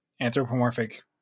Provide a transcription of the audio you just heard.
anthropomorphic